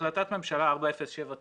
החלטת ממשלה 4079